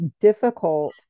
difficult